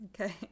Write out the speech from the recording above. Okay